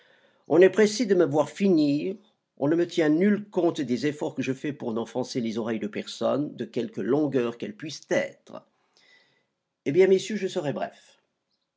on est pressé de me voir finir on ne me tient nul compte des efforts que je fais pour n'offenser les oreilles de personne de quelque longueur qu'elles puissent être eh bien messieurs je serai bref